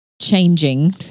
changing